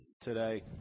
today